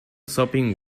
sopping